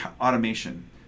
automation